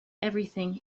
everything